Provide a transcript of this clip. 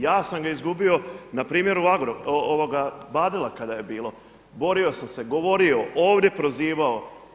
Ja sam ga izgubio na primjeru Badela kada je bilo, borio sam se govorio, ovdje prozivao.